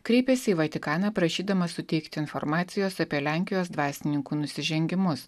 kreipėsi į vatikaną prašydama suteikti informacijos apie lenkijos dvasininkų nusižengimus